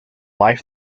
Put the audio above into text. life